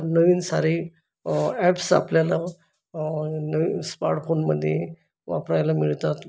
नवीन सारे ॲप्स आपल्याला नवीन स्मार्टफोनमध्ये वापरायला मिळतात